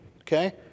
Okay